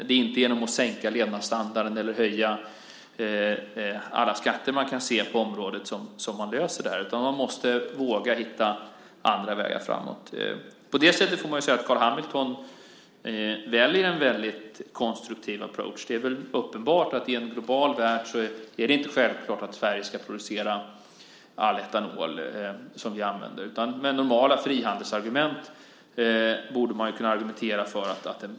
Det är inte genom att sänka levnadsstandarden, eller genom att höja alla skatter man kan se på området, som man löser detta, utan man måste våga hitta andra vägar framåt. På det sättet får man säga att Carl Hamilton väljer en väldigt konstruktiv approach . Det är uppenbart inte självklart i en global värld att Sverige ska producera all etanol vi använder. Med normala frihandelsargument borde man kunna argumentera mot det.